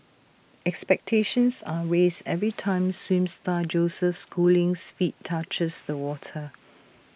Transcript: expectations are raised every time swim star Joseph schooling's feet touches the water